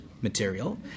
material